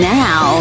now